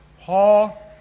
Paul